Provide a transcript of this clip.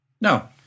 No